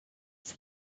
from